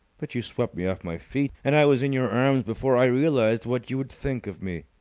but you swept me off my feet, and i was in your arms before i realized what you would think of me.